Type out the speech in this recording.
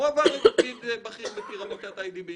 עבר לתפקיד בכיר בפירמידת איי די בי.